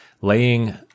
laying